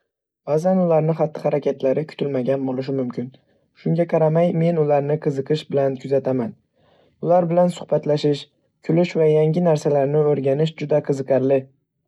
Ba'zan, ularning xatti-harakatlari kutilmagan bo'lishi mumkin. Shunga qaramay, men ularni qiziqish bilan kuzataman. Ular bilan suhbatlashish, kulish va yangi narsalarni o'rganish juda qiziqarli.